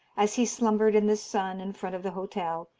as he slumbered in the sun in front of the hotel,